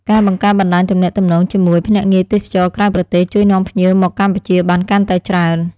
ការបង្កើតបណ្តាញទំនាក់ទំនងជាមួយភ្នាក់ងារទេសចរណ៍ក្រៅប្រទេសជួយនាំភ្ញៀវមកកម្ពុជាបានកាន់តែច្រើន។